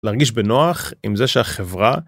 להרגיש בנוח עם זה שהחברה.